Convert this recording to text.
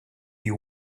you